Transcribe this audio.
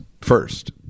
first